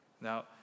Now